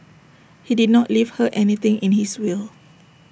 he did not leave her anything in his will